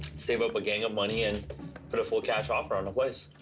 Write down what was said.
save up a gang of money, and put a full cash offer on a place.